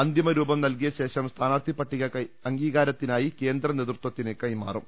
അന്തിമ രൂപം നൽകിയശേഷം സ്ഥാനാർത്ഥി പട്ടിക അംഗീകാരത്തിനായി കേന്ദ്ര നേതൃത്വത്തിന് കൈമാ റും